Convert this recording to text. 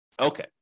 Okay